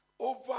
Over